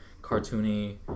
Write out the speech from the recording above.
cartoony